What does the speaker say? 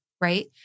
right